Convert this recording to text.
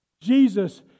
Jesus